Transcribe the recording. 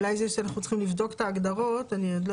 אולי אנחנו צריכים לבדוק את ההגדרות אני עוד לא